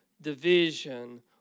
division